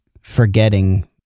forgetting